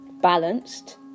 balanced